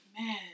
man